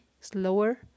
slower